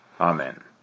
Amen